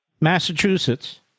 Massachusetts